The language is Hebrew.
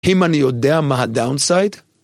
אם אני יודע מה הדאונסייד?